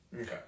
okay